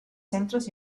centros